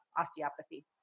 osteopathy